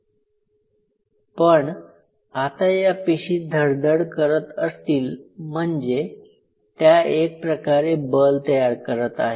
पण आता या पेशी धडधड करत असतील म्हणजे त्या एक प्रकारे बल तयार करत आहे